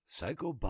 Psycho